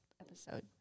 episode